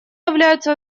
являются